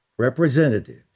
Representatives